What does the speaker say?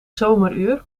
zomeruur